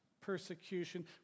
persecution